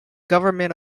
government